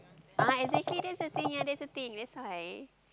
ah exactly that the thing that the thing that why